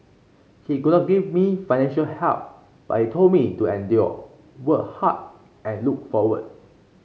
he could not give me financial help but he told me to endure work hard and look forward